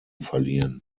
verlieren